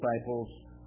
disciples